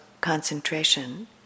concentration